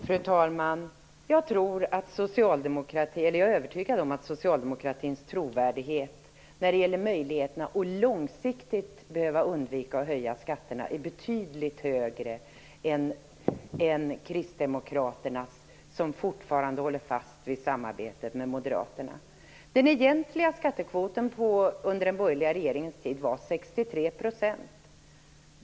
Fru talman! Jag är övertygad om att socialdemokratins trovärdighet när det gäller möjligheterna att långsiktigt undvika att höja skatterna är betydligt högre än Kristdemokraternas - ni håller ju fortfarande fast vid samarbetet med Moderaterna. Den egentliga skattekvoten under den borgerliga regeringens tid var 63 %.